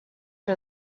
for